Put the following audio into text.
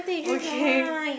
okay